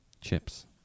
Chips